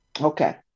Okay